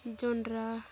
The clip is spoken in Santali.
ᱡᱚᱱᱰᱨᱟ